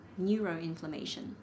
neuroinflammation